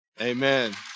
Amen